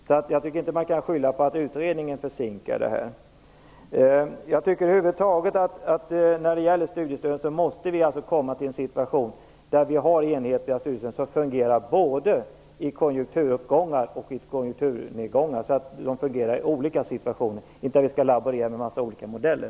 Jag tycker därför inte att man kan skylla på att utredningen försinkar det. När det gäller studiestöden måste vi komma till en situation där vi har enhetliga studiestöd som fungerar i olika situationer, både i konjunkturuppgångar och i konjunkturnedgångar, så att vi inte behöver laborera med många olika modeller.